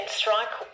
strike